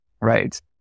right